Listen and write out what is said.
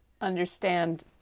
understand